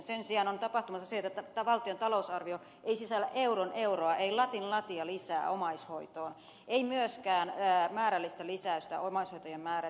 sen sijaan on tapahtumassa se että valtion talousarvio ei sisällä euron euroa ei latin latia lisää omaishoitoon ei myöskään määrällistä lisäystä omaishoitajien määrään